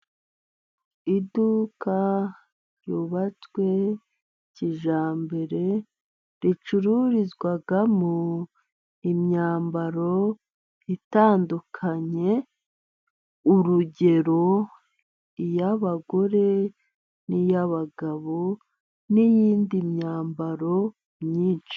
Iduka ryubatswe kijyambere, ricururizwamo imyambaro itandukanye urugero iy'abagore n'iy'abagabo, n'iyindi myambaro myinshi.